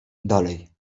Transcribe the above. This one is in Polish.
dalej